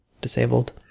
disabled